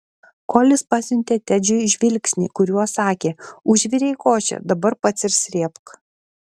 kolis pasiuntė tedžiui žvilgsnį kuriuo sakė užvirei košę dabar pats ir srėbk